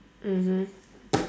mmhmm